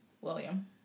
William